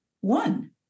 one